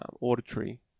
auditory